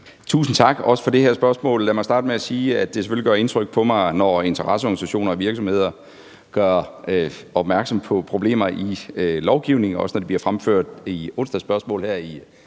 Tusind tak også for det her spørgsmål. Lad mig starte med at sige, at det selvfølgelig gør indtryk på mig, når interesseorganisationer og virksomheder gør opmærksom på problemer i lovgivningen, også når det bliver fremført i onsdagsspørgsmål her i